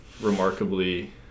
remarkably